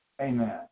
Amen